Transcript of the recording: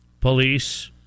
police